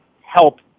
help